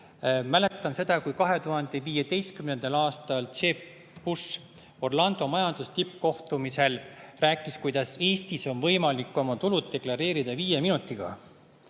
Mäletan seda, kui 2015. aastal Jeb Bush Orlando majandustippkohtumisel rääkis, kuidas Eestis on võimalik oma tulud deklareerida viie minutiga.